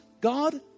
God